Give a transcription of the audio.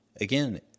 again